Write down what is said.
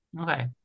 okay